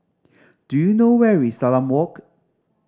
do you know where is Salam Walk